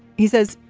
he says,